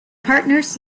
partners